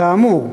כאמור,